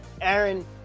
aaron